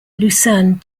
luzerne